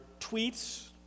tweets